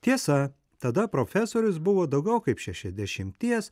tiesa tada profesorius buvo daugiau kaip šešiasdešimties